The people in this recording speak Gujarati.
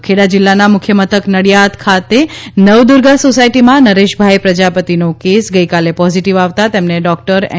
ખેડા કોરોના ખેડા જિલ્લાના મુખ્ય મથક નડિયાદ ખાતે નવદુર્ગા સોસાયટીમાં નરેશભાઈ પ્રજાપતિ નો કેસ ગઈ કાલે પોઝિટિવ આવતાં તેમને ડોક્ટર એન